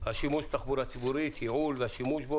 השימוש בתחבורה הציבורית ובייעול שלה,